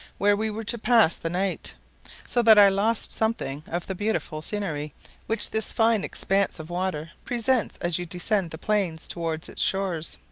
where we were to pass the night so that i lost something of the beautiful scenery which this fine expanse of water presents as you descend the plains towards its shores.